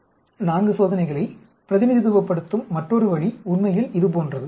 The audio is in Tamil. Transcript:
இந்த 4 சோதனைகளை பிரதிநிதித்துவப்படுத்தும் மற்றொரு வழி உண்மையில் இது போன்றது